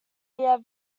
are